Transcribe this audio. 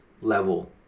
level